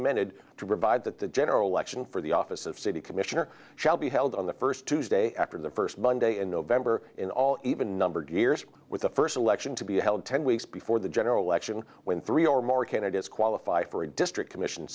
amended to provide that the general election for the office of city commissioner shall be held on the first tuesday after the first monday in november in all even numbered years with the first election to be held ten weeks before the general election when three or more candidates qualify for a district commission